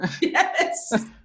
Yes